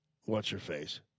what's-her-face